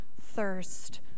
thirst